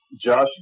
Josh